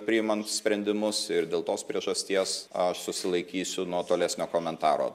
priimant sprendimus ir dėl tos priežasties aš susilaikysiu nuo tolesnio komentaro